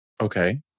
Okay